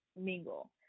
mingle